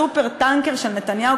הסופר-טנקר של נתניהו,